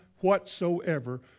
whatsoever